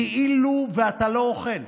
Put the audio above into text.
כאילו אתה לא אוכל.